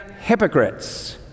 hypocrites